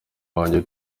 wanjye